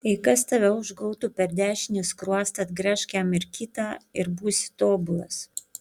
jei kas tave užgautų per dešinį skruostą atgręžk jam ir kitą ir būsi tobulas